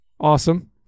Awesome